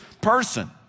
person